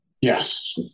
Yes